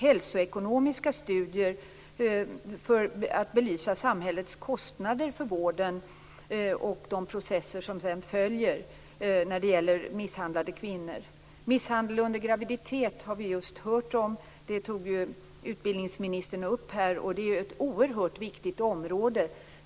Hälsoekonomiska studier görs för att belysa samhällets kostnader för vården och de processer som sedan följer när det gäller misshandlade kvinnor. Utbildningsministern tog upp frågan om misshandel av kvinnor under graviditeten. Det är ett oerhört viktigt område.